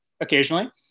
occasionally